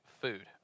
food